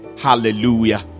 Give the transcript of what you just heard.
Hallelujah